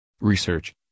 Research